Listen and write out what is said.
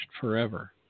forever